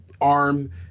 arm